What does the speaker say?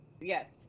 yes